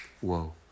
whoa